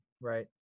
right